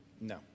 No